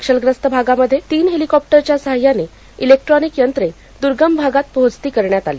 नक्षलग्रस्त भागामध्ये तीन हेलिकॉप्टरच्या सहायाने इलेक्ट्रोनिक यंत्रे दूर्गम भागात पोहचती करण्यात आली